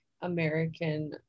American